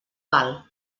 val